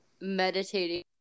Meditating